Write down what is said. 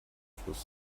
fluss